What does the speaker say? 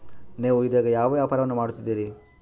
ನೇವು ಇದೇಗ ಯಾವ ವ್ಯಾಪಾರವನ್ನು ಮಾಡುತ್ತಿದ್ದೇರಿ?